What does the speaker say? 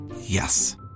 Yes